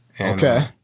Okay